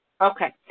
Okay